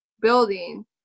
Building